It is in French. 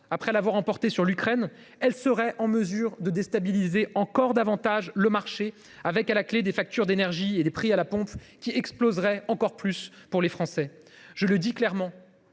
après l’avoir emporté sur l’Ukraine, elle serait en mesure de déstabiliser davantage encore le marché, avec, à la clé, des factures d’énergie et des prix à la pompe qui exploseraient plus encore pour les Français. Je le dis clairement,